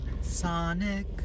Sonic